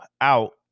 out